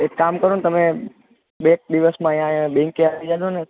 એક કામ કરોને તમે બે એક દિવસમાં અહીંયા બેન્કે આવી જજો ને